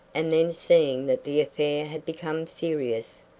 and then seeing that the affair had become serious,